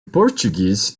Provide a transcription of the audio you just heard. portuguese